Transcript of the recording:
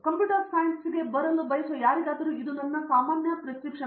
computer ಸೈನ್ಸ್ಗೆ ಬರಲು ಬಯಸುವ ಯಾರಿಗಾದರೂ ನನ್ನ ಸಾಮಾನ್ಯ ಪ್ರಿಸ್ಕ್ರಿಪ್ಷನ್